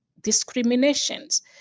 discriminations